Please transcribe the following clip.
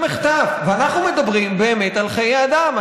זה מחטף, ואנחנו מדברים באמת על חיי אדם.